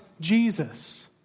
Jesus